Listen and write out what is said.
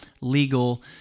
legal